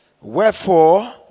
Wherefore